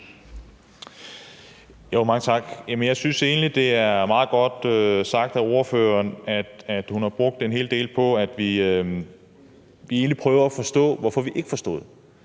(S): Mange tak. Jeg synes egentlig, det er meget godt sagt af ordføreren, at hun har brugt en hel del tid på egentlig at prøve at forstå, hvorfor vi ikke forstod.